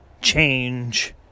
change